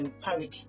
parity